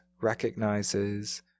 recognizes